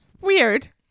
weird